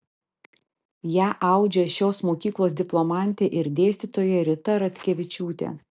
ją audžia šios mokyklos diplomantė ir dėstytoja rita ratkevičiūtė